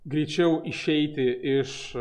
greičiau išeiti iš